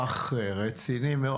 מהפך רציני.